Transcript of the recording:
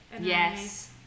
yes